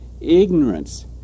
ignorance